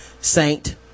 saint